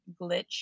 glitch